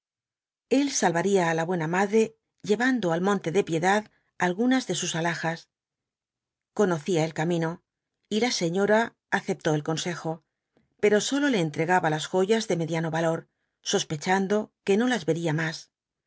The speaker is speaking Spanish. el salvaría á la buena madre llevando al monte de piedad algunas de sus alhajas conocía el camino y la señora aceptó el consejo pero sólo le entregaba joyas de mediano valor sospechando que no las vería más